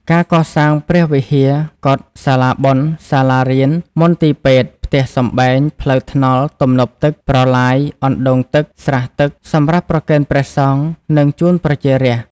ការកសាង ព្រះវិហារ កុដិ សាលាបុណ្យ សាលារៀន មន្ទីរពេទ្យ ផ្ទះសម្បែង ផ្លូវថ្នល់ ទំនប់ទឹក ប្រឡាយ អណ្ដូងទឹក ស្រះទឹក សម្រាប់ប្រគេនព្រះសង្ឃ និងជូនប្រជារាស្ត្រ។